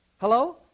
Hello